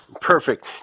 Perfect